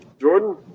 Jordan